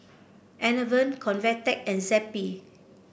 Enervon Convatec and Zappy